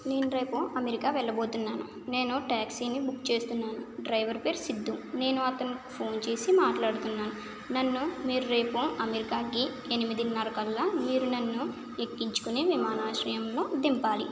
నేను రేపు అమెరికా వెళ్ళబోతున్నాను నేను ట్యాక్సిని బుక్ చేస్తున్నాను డ్రైవర్ పేరు సిద్దు నేను అతనికి ఫోన్ చేసి మాట్లాడుతున్నాను నన్ను మీరు రేపు అమెరికాకి ఎనిమిదిన్నర కల్లా మీరు నన్ను ఎక్కించుకుని విమానాశ్రయంలో దింపాలి